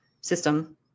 system